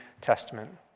Testament